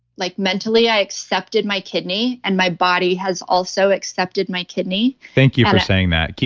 like mentally i accepted my kidney and my body has also accepted my kidney thank you for saying that.